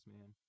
man